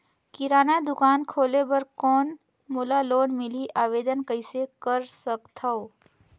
किराना दुकान खोले बर कौन मोला लोन मिलही? आवेदन कइसे कर सकथव?